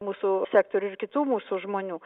mūsų sektorių ir kitų mūsų žmonių